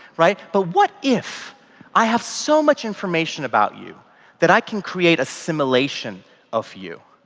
right? but what if i have so much information about you that i can create a simulation of you.